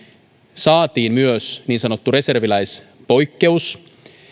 saatiin myös niin sanottu reserviläispoikkeus